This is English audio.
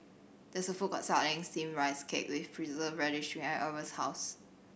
there is a food court selling steam rice cake with preserve radish behind Arvo's house